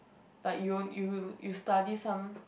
like you will you will you study some